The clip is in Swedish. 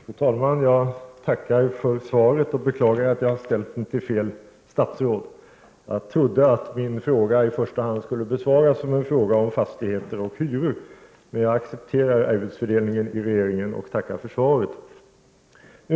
Fru talman! Jag tackar för svaret och beklagar att jag har ställt frågan till fel statsråd. Jag trodde att min fråga i första hand skulle besvaras som en fråga om fastigheter och hyror, men jag accepterar arbetsfördelningen inom regeringen och tackar för svaret.